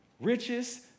riches